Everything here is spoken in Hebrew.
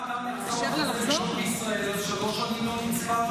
אז שלוש שנים לא נצבר,